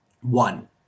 one